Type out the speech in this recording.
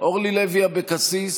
אורלי לוי אבקסיס,